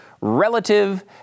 relative